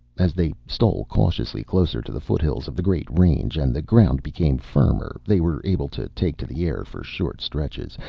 as they stole cautiously closer to the foothills of the great range and the ground became firmer, they were able to take to the air for short stretches,